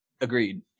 Agreed